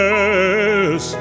Yes